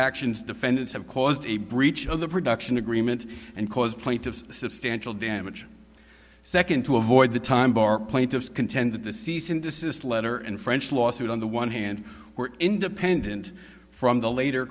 actions defendants have caused a breach of the production agreement and cause plaintiffs substantial damage second to avoid the time bar plaintiffs contend that the cease and desist letter and french lawsuit on the one hand were independent from the later